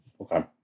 Okay